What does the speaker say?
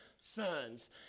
sons